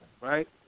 Right